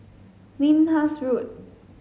Lyndhurst Road